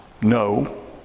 no